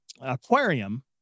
aquarium